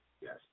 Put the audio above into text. Yes